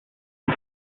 and